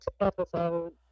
episode